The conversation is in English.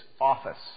office